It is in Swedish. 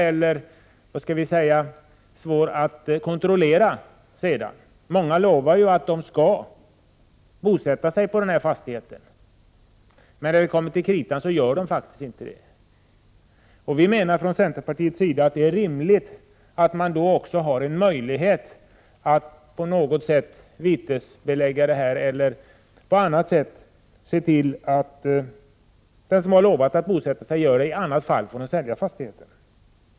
Många försäkrar att de har för avsikt att bosätta sig på fastigheten, men när det kommer till kritan gör de inte det. I centerpartiet anser vi att det är rimligt att man då också har möjlighet att vitesbelägga överträdelser eller på annat sätt se till att köparen uppfyller bosättningsskyldigheten. I annat fall skall fastigheten gå till försäljning.